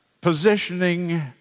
positioning